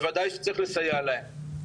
בוודאי שצריך לסייע להם.